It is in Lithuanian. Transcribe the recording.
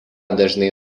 dažnai